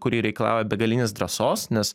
kuri reikalauja begalinės drąsos nes